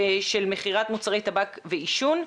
של מכירת מוצרי טבק ועישון,